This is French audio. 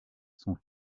son